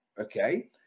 okay